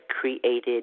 created